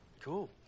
cool